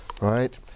right